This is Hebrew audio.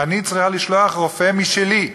אני צריכה לשלוח רופא משלי,